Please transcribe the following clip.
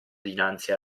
dinanzi